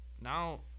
now –